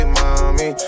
mommy